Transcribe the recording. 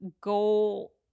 goal